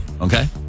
Okay